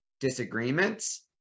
disagreements